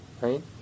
right